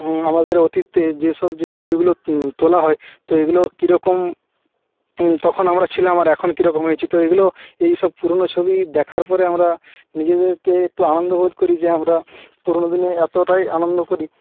আমাদের অতীতে যে সব যে ছবিগুলো তোলা হয় তো এগুলো কিরকম তখন আমরা ছিলাম আর এখন কিরকম হয়েছি তো এগুলো এই সব পুরনো ছবি দেখার পরে আমরা নিজেদেরকে একটু আনন্দ বোধ করি যে আমরা পুরনো দিনে এতোটাই আনন্দ করি